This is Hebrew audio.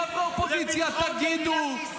חבר הכנסת קריב,